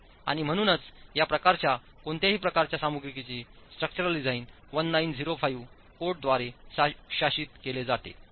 आणि म्हणूनच या प्रकारच्या कोणत्याही प्रकारच्या सामग्रीची स्ट्रक्चरल डिझाइन 1905 कोडद्वारे शासित केली जाते